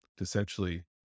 essentially